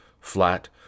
flat